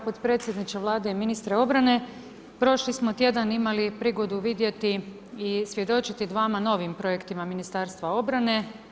Potpredsjedniče Vlade i ministre obrane, prošli smo tjedan imali prigodu vidjeti i svjedočiti dvama novim projektima Ministarstva obrane.